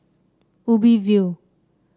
Ubi View